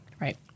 Right